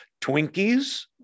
Twinkies